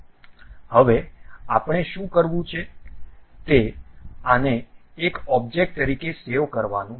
હવે આપણે શું કરવું છે તે આને એક ઓબ્જેક્ટ તરીકે સેવ કરવાનું છે